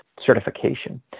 certification